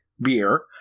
beer